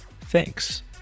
Thanks